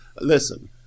listen